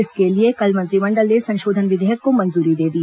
इसके लिए कल मंत्रिमंडल ने संशोधन विधेयक को मंजूरी दे दी